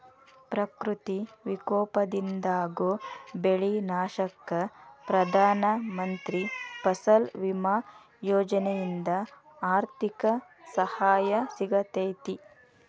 ಪ್ರಕೃತಿ ವಿಕೋಪದಿಂದಾಗೋ ಬೆಳಿ ನಾಶಕ್ಕ ಪ್ರಧಾನ ಮಂತ್ರಿ ಫಸಲ್ ಬಿಮಾ ಯೋಜನೆಯಿಂದ ಆರ್ಥಿಕ ಸಹಾಯ ಸಿಗತೇತಿ